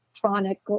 chronic